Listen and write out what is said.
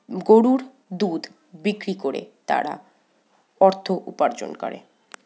গরুর দুধ বিক্রি করে তারা অর্থ উপার্জন করে